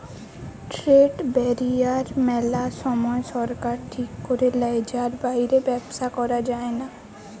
trade barrier মেলা সময় সরকার ঠিক করে লেয় যার বাইরে ব্যবসা করা যায়না